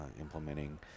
implementing